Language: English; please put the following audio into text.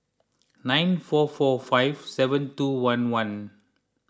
nine four four five seven two one one